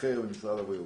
אחר ממשרד הבריאות.